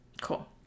cool